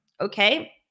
Okay